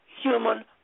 human